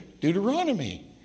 Deuteronomy